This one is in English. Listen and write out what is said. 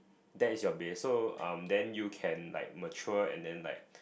that is your base so um then you can like mature and then like